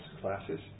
classes